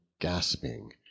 gasping